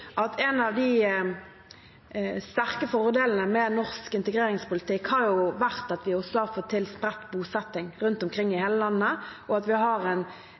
at en av de sterke fordelene med norsk integreringspolitikk har vært at vi også har fått til spredt bosetting rundt omkring i hele landet, og at vi har en